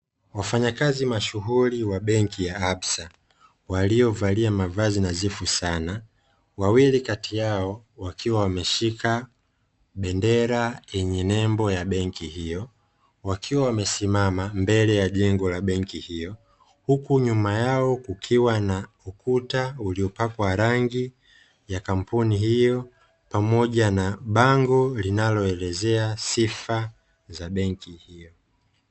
Wafanyakazi mashughuli wa benki ya ABSA, waliovalia mavazi nadhifu sana, wawili kati yao wakiwa wameshika bendera yenye nembo ya benki hiyo, wakiwa wamesimama mbele ya jengo la benki hiyo, huku nyuma yao kukiwa na ukuta uliopakwa rangi ya kampuni hiyo, pamoja na bango linaloelezea sifa za benki hiyo.